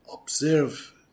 observe